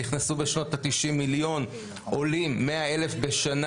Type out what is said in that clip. נכנסו בשנות ה-90' מיליון עולים, 100,000 בשנה.